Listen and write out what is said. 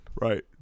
Right